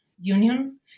Union